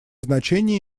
значение